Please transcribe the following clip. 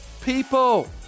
people